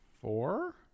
four